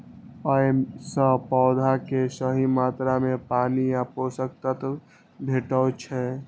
अय सं पौधा कें सही मात्रा मे पानि आ पोषक तत्व भेटै छै